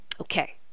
okay